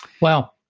Wow